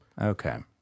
Okay